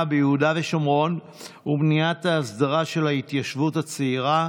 ביהודה ושומרון ומניעת ההסדרה של ההתיישבות הצעירה,